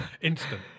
instant